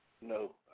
No